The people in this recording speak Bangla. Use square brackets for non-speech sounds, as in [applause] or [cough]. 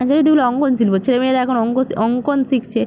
যেই [unintelligible] অঙ্কন শিল্প ছেলে মেয়েরা এখন অঙ্কন [unintelligible] অঙ্কন শিখছে